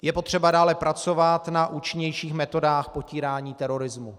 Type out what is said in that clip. Je potřeba dále pracovat na účinnějších metodách potírání terorismu.